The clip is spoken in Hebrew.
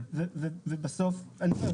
אותם ובסוף נתדיין.